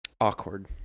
Awkward